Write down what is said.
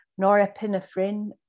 Norepinephrine